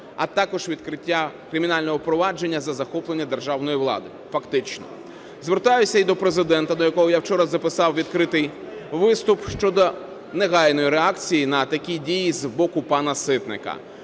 а також відкриття кримінального провадження за захоплення державної влади фактично. Звертаюся і до Президента, до якого я вчора записав відкритий виступ, щодо негайної реакції на такі дії з боку пана Ситника,